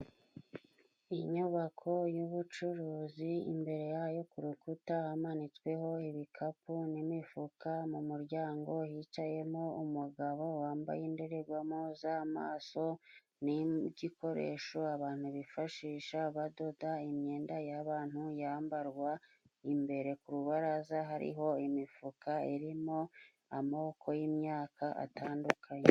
Inyubako y'ubucuruzi imbere yayo k'urukuta hamanitsweho ibikapu, n'imifuka, mu muryango hicayemo umugabo wambaye indorerwamo z'amaso n'igikoresho abantu bifashisha badoda imyenda y'abantu yambarwa, imbere ku rubaraza hariho imifuka irimo amoko y'imyaka atandukanye.